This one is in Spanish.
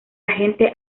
agente